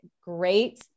great